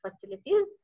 facilities